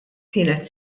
kienet